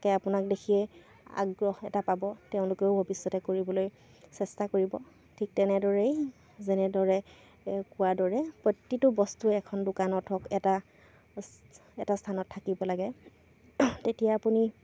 তাকে আপোনাক দেখিয়ে আগ্ৰহ এটা পাব তেওঁলোকেও ভৱিষ্যতে কৰিবলৈ চেষ্টা কৰিব ঠিক তেনেদৰেই যেনেদৰে কোৱা দৰে প্ৰতিটো বস্তুৱে এখন দোকানত হওক এটা এটা স্থানত থাকিব লাগে তেতিয়া আপুনি